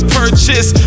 purchase